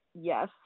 yes